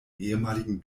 ehemaligen